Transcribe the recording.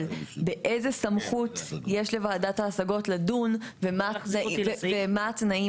באיזה סמכות יש לוועדת ההשגות לדון ומה התנאים,